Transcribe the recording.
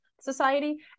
society